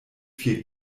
vier